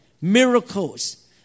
miracles